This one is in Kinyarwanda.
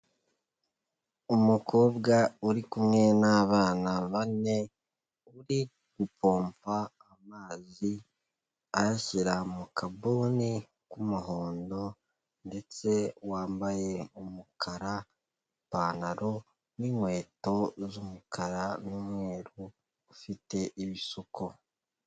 Umukobwa uri kumwe n'abana bane, uri gupompa amazi ayashyira mu kabuni k'umuhondo ndetse wambaye umukara ipantaro n'inkweto z'umukara n'umweru, ufite ibisuko.